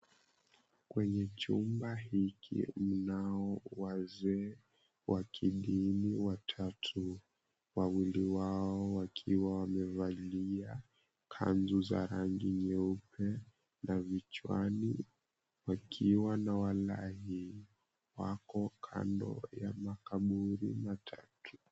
Kwenye chumba hiki mnao wazee wa kidini watatu wawili wao wakiwa wamevalia kanzu za rangi nyeupe na vichwani wakiwa na walai wako kando ya makaburi matatu.